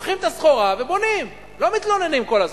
לוקחים את הסחורה ובונים, לא מתלוננים כל הזמן,